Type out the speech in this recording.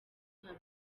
nka